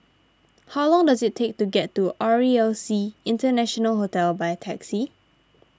how long does it take to get to R E L C International Hotel by taxi